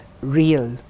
real